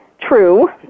true